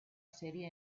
serie